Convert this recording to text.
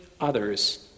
others